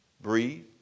breathe